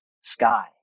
sky